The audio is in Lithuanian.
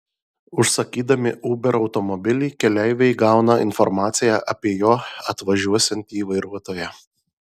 užsakydami uber automobilį keleiviai gauna informaciją apie jo atvažiuosiantį vairuotoją